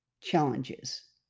challenges